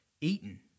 eaten